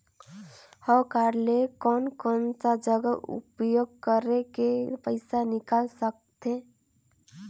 हव कारड ले कोन कोन सा जगह उपयोग करेके पइसा निकाल सकथे?